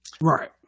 Right